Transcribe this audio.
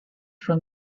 from